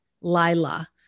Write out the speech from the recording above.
Lila